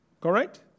Correct